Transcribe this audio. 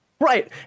right